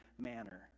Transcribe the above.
manner